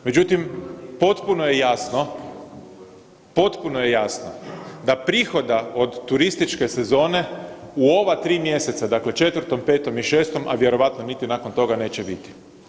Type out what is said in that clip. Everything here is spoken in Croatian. Međutim, potpuno je jasno, potpuno je jasno da prihoda od turističke sezone u ova tri mjeseca dakle 4, 5 i 6, a vjerojatno niti nakon toga neće biti.